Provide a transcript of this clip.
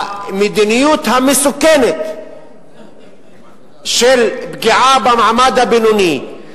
המדיניות המסוכנת של פגיעה במעמד הבינוני,